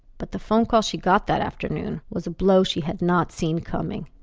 but the phone call she got that afternoon was a blow she had not seen coming.